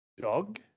Dog